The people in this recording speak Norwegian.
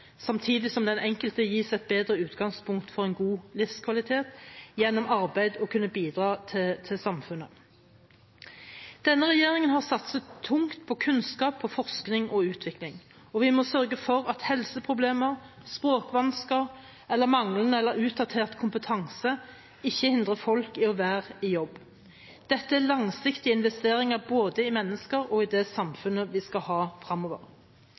samtidig som den enkelte gis et bedre utgangspunkt og en god livskvalitet ved gjennom arbeid å kunne bidra til samfunnet. Denne regjeringen har satset tungt på kunnskap, på forskning og utvikling, og vi må sørge for at helseproblemer, språkvansker eller manglende eller utdatert kompetanse ikke hindrer folk i å være i jobb. Dette er langsiktige investeringer både i mennesker og i det samfunnet vi skal ha